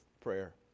prayer